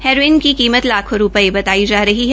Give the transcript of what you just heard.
heroin की कीमत लाखों रूपये बताई जा रही है